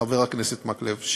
לחבר הכנסת מקלב.